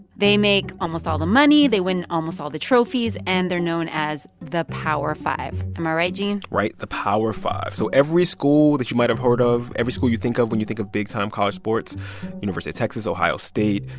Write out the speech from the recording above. they make almost all the money. they win almost all the trophies. and they're known as the power five. am i right, gene? right the power five. so every school that you might have heard of, every school you think of when you think of big-time college sports university of texas, ohio state,